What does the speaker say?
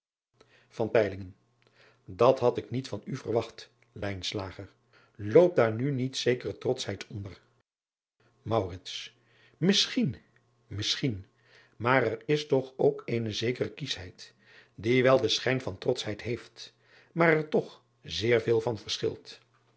at had ik niet van u verwacht oopt daar nu niet zekere trotschheid onder isschien misschien maar er is toch ook eene zekere kieschheid die wel den schijn van trotschheid heeft maar er toch zeer veel van verschilt